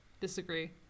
Disagree